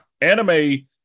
anime